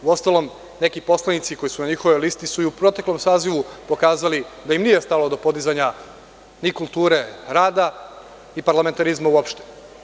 Uostalom neki poslanici koji su na njihovoj listi su u proteklom sazivu pokazali da im nije stalo do podizanja ni kulture rada i parlamentarizma uopšte.